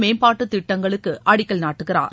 மேம்பாட்டு திட்டங்களுக்கு அடிக்கல் நாட்டுகிறார்